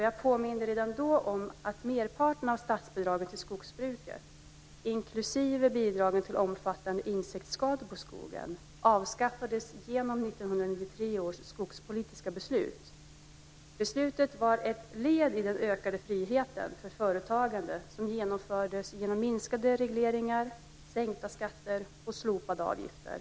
Jag påminde redan då om att merparten av statsbidragen till skogsbruket, inklusive bidragen vid omfattande insektsskador på skog, avskaffades genom 1993 års skogspolitiska beslut. Beslutet var ett led i den ökade frihet för företagande som genomfördes genom minskade regleringar, sänkta skatter och slopade avgifter.